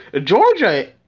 Georgia